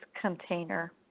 container